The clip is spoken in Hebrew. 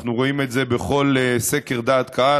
אנחנו רואים את זה בכל סקר דעת קהל,